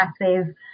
massive